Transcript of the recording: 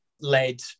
led